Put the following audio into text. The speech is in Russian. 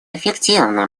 эффективно